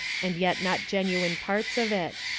and yet not genuine parts of it.